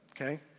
okay